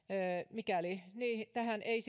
mikäli tähän ei